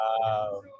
Wow